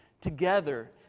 together